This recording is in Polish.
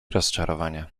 rozczarowania